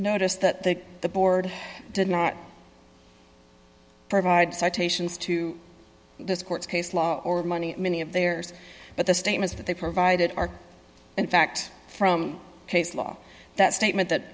noticed that the board did not provide citations to this court case law or money many of their but the statements that they provided are in fact from case law that statement that